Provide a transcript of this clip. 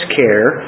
care